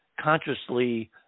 consciously